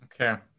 Okay